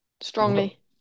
Strongly